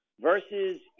versus